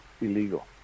illegal